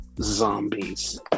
Zombies